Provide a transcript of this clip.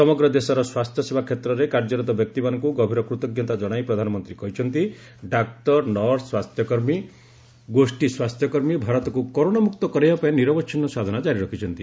ସମଗ୍ର ଦେଶର ସ୍ୱାସ୍ଥ୍ୟସେବା କ୍ଷେତ୍ରରେ କାର୍ଯ୍ୟରତ ବ୍ୟକ୍ତିମାନଙ୍କୁ ଗଭୀର କୃତଜ୍ଞତା କଣାଇ ପ୍ରଧାନମନ୍ତ୍ରୀ କହିଛନ୍ତି ଡାକ୍ତର ନର୍ସ ସ୍ୱାସ୍ଥ୍ୟକର୍ମୀ ଗୋଷୀ ସ୍ୱାସ୍ଥ୍ୟକର୍ମୀ ଭାରତକୁ କରୋନାମୁକ୍ତ କରାଇବାପାଇଁ ନିରବଚ୍ଛିନ୍ନ ସାଧନା କାରି ରଖିଛନ୍ତି